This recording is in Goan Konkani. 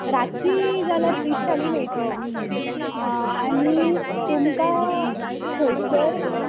रातची जाल्यार फीश थाली मेळची ना आं आनी तुमकां थंयसर